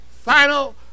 final